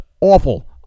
awful